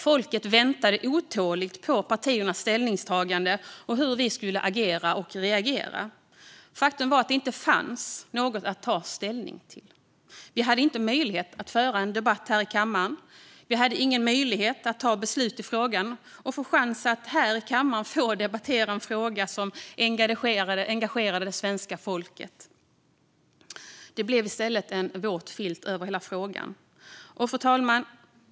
Folket väntade otåligt på partiernas ställningstagande och hur vi skulle agera och reagera. Faktum var att det inte fanns något att ta ställning till. Vi hade inte möjlighet att föra en debatt här i kammaren. Vi hade ingen möjlighet att fatta beslut i frågan och få chans att här i kammaren få debattera en fråga som engagerade det svenska folket. Det blev i stället en våt filt över hela frågan. Fru talman!